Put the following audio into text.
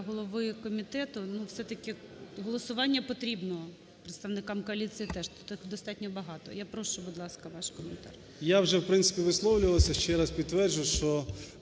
голови комітету. Все-таки голосування потрібно, представникам коаліції теж, тут достатньо багато. Я прошу, будь ласка, ваш коментар. КНЯЗЕВИЧ Р.П. Я вже, в принципі, висловлювався і ще раз підтверджу, що